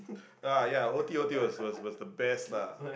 ah ya o_t_o_t was was was the best lah